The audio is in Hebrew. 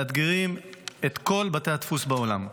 מאתגרת את כל בתי הדפוס בעולם.